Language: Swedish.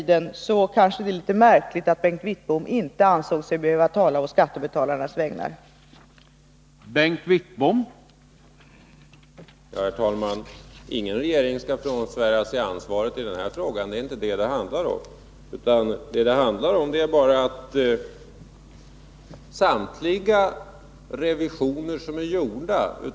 Det är lite märkligt att Bengt Wittbom inte ansåg sig behöva tala å skattebetalarnas vägnar under den tiden.